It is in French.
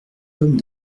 pommes